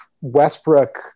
Westbrook